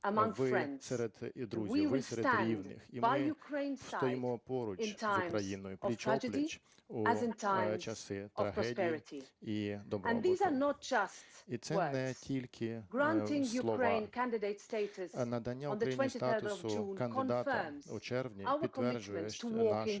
далі. Друзі, ви серед рівних і ми стоїмо поруч з Україною пліч-о-пліч у часи трагедій і добробуту. І це не тільки слова. Надання Україні статусу кандидата у червні підтверджує наше